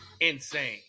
Insane